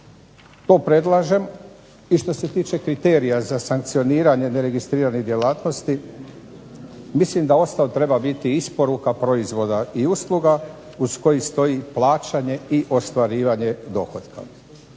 To predlažem i što se tiče kriterija za sankcioniranje neregistriranih djelatnosti. Mislim da …/Ne razumije se./… treba biti isporuka proizvoda i usluga uz koji stoji plaćanje i ostvarivanje dohotka.